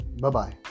bye-bye